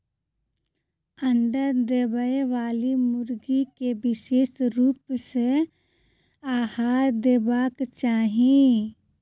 अंडा देबयबाली मुर्गी के विशेष रूप सॅ आहार देबाक चाही